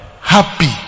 Happy